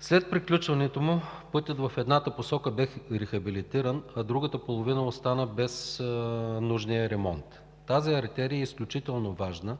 След приключването му пътят в едната посока бе рехабилитиран, а другата половина остана без нужния ремонт. Тази артерия е изключително важна,